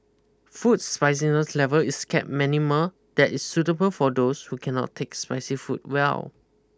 food spiciness level is kept minimal that is suitable for those who cannot take spicy food well